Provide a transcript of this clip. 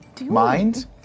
mind